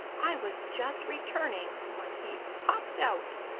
i was just returning when he popped out.